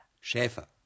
Schäfer